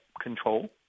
control